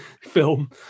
Film